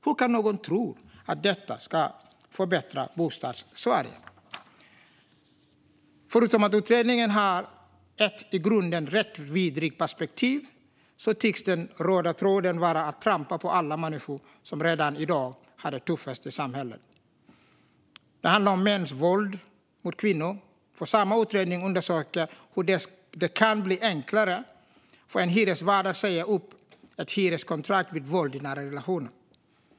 Hur kan någon tro att detta ska förbättra Bostadssverige? Förutom att utredningen har ett i grunden rättsvidrigt perspektiv tycks den röda tråden vara att trampa på alla människor som redan i dag har det tuffast i samhället. Det handlar om mäns våld mot kvinnor. Samma utredning undersöker hur det kan bli enklare för en hyresvärd att säga upp ett hyreskontrakt vid våld i nära relationer.